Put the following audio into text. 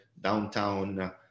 downtown